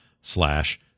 slash